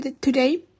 today